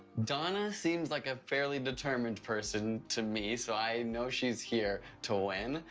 donna seems like a fairly determined person to me, so i know she's here to win.